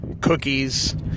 cookies